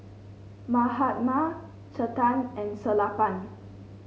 Mahatma Chetan and Sellapan